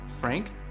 Frank